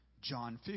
John